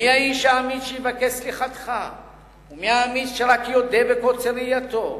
מי האיש האמיץ שיבקש סליחתך ומי האמיץ שרק יודה בקוצר ראייתו?